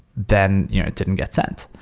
then you know it didn't get sent.